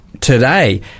today